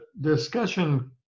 discussion